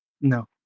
No